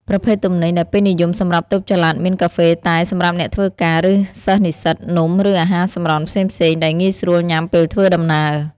ប្រភេទទំនិញដែលពេញនិយមសម្រាប់តូបចល័តមាន កាហ្វេ តែ សម្រាប់អ្នកធ្វើការ ឬសិស្សនិស្សិត នំ ឬអាហារសម្រន់ផ្សេងៗ ដែលងាយស្រួលញ៉ាំពេលធ្វើដំណើរ។